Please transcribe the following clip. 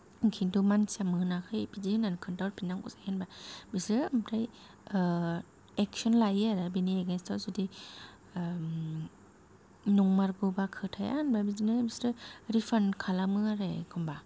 किन्तु मानसिया मोनाखै बिदि होन्नानै खिन्थाहरफिन्नांगौ जायो जेनेबा बिसोरो ओमफ्राय एक्सन लायो आरो बेनि एगेनस्ताव जुदि नंमारगौबा खोथाया जेनबा बिदिनो बिसोरो रिफान्द खालामो आरो एखम्बा